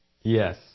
Yes